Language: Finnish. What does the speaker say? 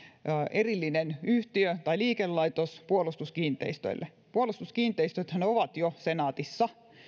erillinen yhtiö tai liikelaitos puolustuskiinteistöille puolustuskiinteistöthän ovat jo senaatissa